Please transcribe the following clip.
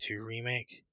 Remake